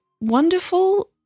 wonderful